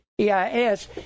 e-i-s